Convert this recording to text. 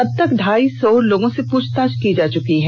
अब तक ढाई सौ लोगों से पूछताछ की जा चुकी है